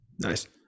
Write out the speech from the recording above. Nice